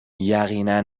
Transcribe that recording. یقینا